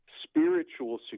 spiritual